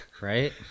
Right